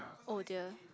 oh dear